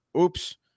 Oops